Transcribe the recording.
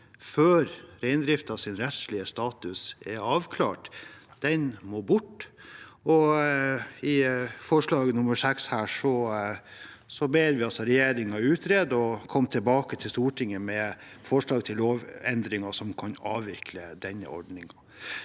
før reindriftens rettslige status er avklart, må bort. I forslag nr. 6 ber vi regjeringen om å utrede og komme tilbake til Stortinget med forslag til lovendringer som kan avvikle denne ordningen.